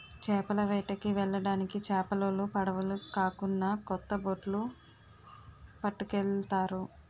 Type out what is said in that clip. చేపల వేటకి వెళ్ళడానికి చేపలోలు పడవులు కాకున్నా కొత్త బొట్లు పట్టుకెళ్తారు